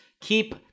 keep